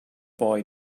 boy